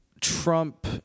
Trump